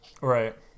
Right